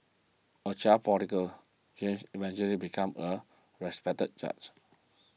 a child forty girl James eventually become a respected judge